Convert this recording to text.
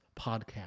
podcast